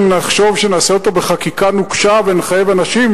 נחשוב שנעשה אותו בחקיקה נוקשה ונחייב אנשים,